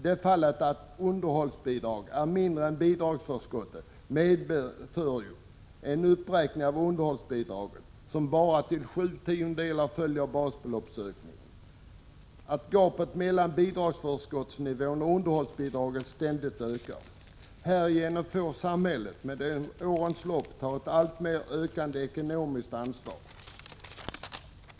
I det fall då underhållsbidraget är mindre än bidragsförskottet medför det en uppräkning av underhållsbidraget, som till bara 7/10 följer basbeloppsökningen, att gapet mellan bidragsförskottsnivån och underhållsbidraget ständigt ökar. Härigenom får samhället under årens lopp ta ett ständigt ökande ansvar.